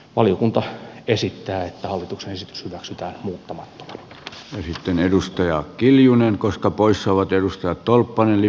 valiokunta esittää että hallituksen esitys hyväksytään pomo kissaihmisten edustaja kiljunen koska poissaolot edustajat tolppanen muuttamattomana